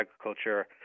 Agriculture